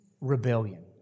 rebellion